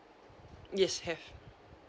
yes have